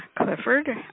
Clifford